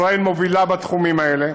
ישראל מובילה בתחומים האלה